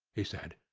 he said.